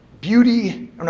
Beauty